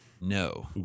No